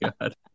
God